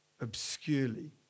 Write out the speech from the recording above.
obscurely